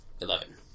Eleven